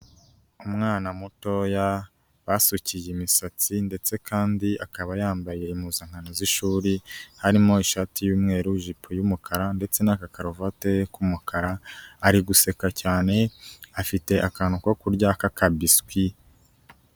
Umwana mutoya basukiye imisatsi, ndetse kandi akaba yambaye impuzankano z'ishuri, harimo ishati y'umweru, ijipo y'umukara ndetse n'agakaruvati k'umukara, ari guseka cyane ,afite akantu ko kurya k'akabiswi.